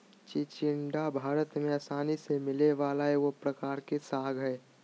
चिचिण्डा भारत में आसानी से मिलय वला एगो प्रकार के शाक हइ